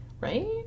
Right